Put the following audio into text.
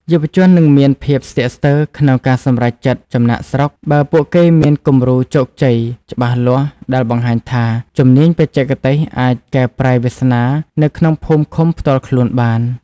យុវជននឹងមានភាពស្ទាក់ស្ទើរក្នុងការសម្រេចចិត្តចំណាកស្រុក បើពួកគេមានគំរូជោគជ័យច្បាស់លាស់ដែលបង្ហាញថា ជំនាញបច្ចេកទេសអាចកែប្រែវាសនានៅក្នុងភូមិឃុំផ្ទាល់ខ្លួនបាន។